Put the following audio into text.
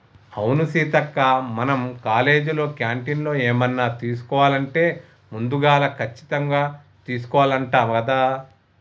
అవును సీతక్క మనం కాలేజీలో క్యాంటీన్లో ఏమన్నా తీసుకోవాలంటే ముందుగాల కచ్చితంగా తీసుకోవాల్నంట కదా